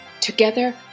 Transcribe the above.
Together